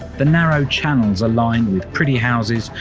the narrow channels are lined with pretty houses,